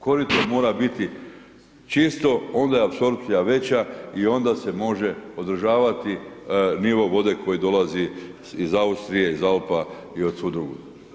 Korito mora biti čisto, onda je apsorpcija veća i onda se može održavati nivo vode koji dolazi iz Austrije iz Alpa i od svud drugud.